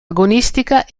agonistica